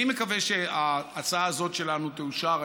אני מקווה שההצעה הזאת שלנו תאושר,